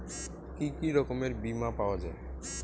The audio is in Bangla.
কি কি রকমের বিমা পাওয়া য়ায়?